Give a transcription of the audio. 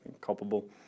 culpable